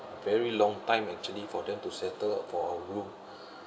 very long time actually for them to settle for a room